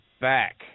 back